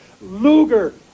Luger